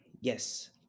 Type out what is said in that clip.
yes